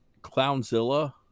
Clownzilla